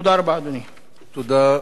תודה, חבר הכנסת טיבי.